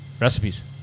Recipes